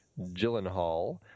gyllenhaal